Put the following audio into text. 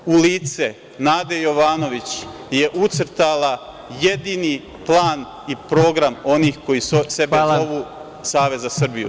Pesnica u lice Nade Jovanović je ucrtala jedini plan i program onih koji sebe zovu Savez za Srbiju.